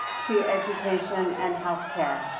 to education and healthcare.